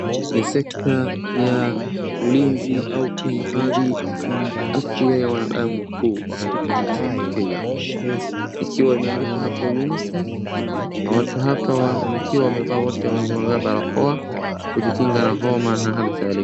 Ni sekta ya ulinzi au kuhifadhi afya ya wanadamu kuu katika nchi ya Kenya. Ikiwa imeandikwa hapo UNICEF. Na watu hapa wakiwa wamevaa wote wamevaa barakoa kujikinga na homa.